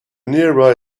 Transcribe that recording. nearby